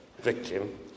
victim